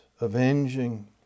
avenging